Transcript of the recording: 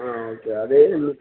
okay అదే